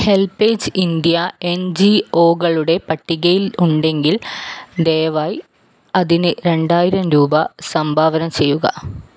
help age India N G ഒകളുടെ പട്ടികയിൽ ഉണ്ടെങ്കിൽ ദയവായി അതിന് രണ്ടായിരം രൂപ സംഭാവന ചെയ്യുക